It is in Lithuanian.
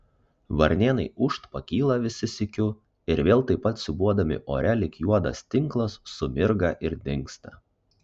varnėnai ūžt pakyla visi sykiu ir vėl taip pat siūbuodami ore lyg juodas tinklas sumirga ir dingsta